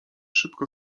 szybko